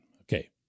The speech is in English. Okay